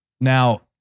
Now